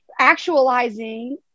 actualizing